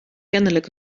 kennelijk